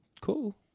Cool